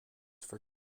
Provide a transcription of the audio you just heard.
for